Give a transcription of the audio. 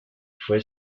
fue